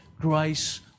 grace